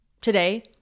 Today